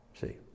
See